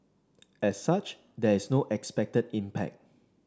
as such there is no expected impact